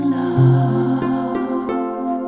love